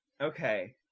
Okay